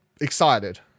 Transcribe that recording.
excited